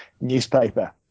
newspaper